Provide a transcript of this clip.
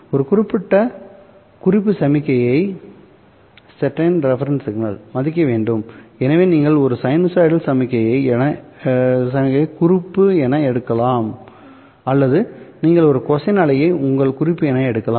இது ஒரு குறிப்பிட்ட குறிப்பு சமிக்ஞையை மதிக்க வேண்டும் எனவே நீங்கள் ஒரு சைனூசாய்டல் சமிக்ஞையை குறிப்பு என எடுக்கலாம் அல்லது நீங்கள் ஒரு கொசைன் அலையை உங்கள் குறிப்பு என எடுக்கலாம்